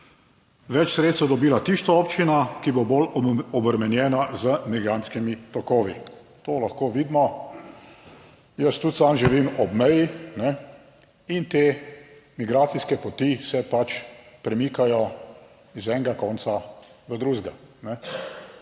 več sredstev dobila tista občina, ki bo bolj obremenjena z migrantskimi tokovi. To lahko vidimo, jaz tudi sam živim ob meji in te migracijske poti se pač premikajo iz enega konca v drugega,